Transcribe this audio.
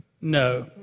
No